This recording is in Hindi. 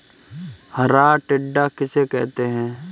हरा टिड्डा किसे कहते हैं?